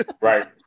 Right